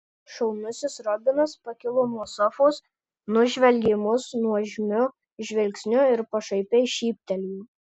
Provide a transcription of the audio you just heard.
šaunusis robinas pakilo nuo sofos nužvelgė mus nuožmiu žvilgsniu ir pašaipiai šyptelėjo